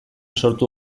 sortu